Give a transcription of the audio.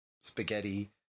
spaghetti